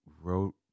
wrote